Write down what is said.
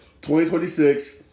2026